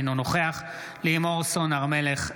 אינו נוכח לימור סון הר מלך,